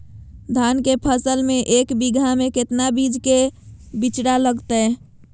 धान के फसल में एक बीघा में कितना बीज के बिचड़ा लगतय?